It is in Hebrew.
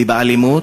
באלימות,